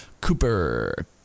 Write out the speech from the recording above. Cooper